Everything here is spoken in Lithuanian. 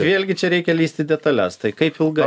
vėlgi čia reikia lįst į detales tai kaip ilgai